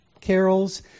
carols